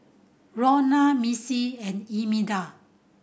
Rhona Missy and Imelda